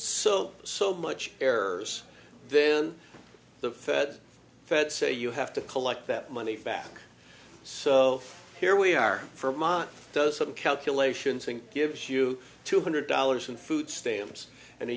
so so much errors then the feds feds say you have to collect that money back so here we are from on those sort of calculations and gives you two hundred dollars in food stamps and a